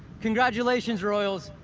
congratulations, royals,